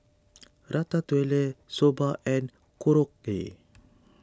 Ratatouille Soba and Korokke